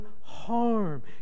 harm